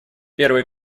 первый